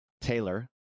Taylor